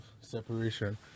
separation